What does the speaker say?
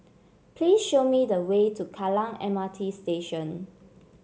please show me the way to Kallang M R T Station